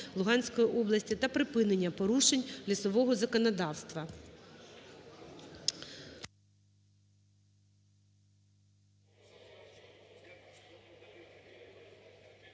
Луганської області та припинення порушень лісового законодавства.